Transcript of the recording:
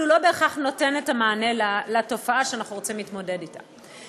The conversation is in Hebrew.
אבל זה לא בהכרח נותן את המענה לתופעה שאנחנו רוצים להתמודד אתה.